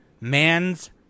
Man's